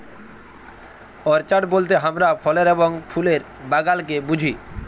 orchard বলতে হামরা ফলের এবং ফুলের বাগালকে বুঝি